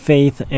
Faith